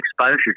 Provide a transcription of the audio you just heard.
exposure